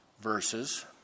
verses